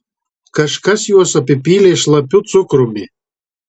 kažkas juos apipylė šlapiu cukrumi